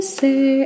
say